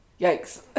Yikes